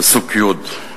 מפסוק י: